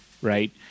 Right